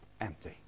empty